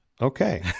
okay